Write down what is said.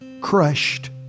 crushed